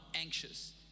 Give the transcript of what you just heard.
anxious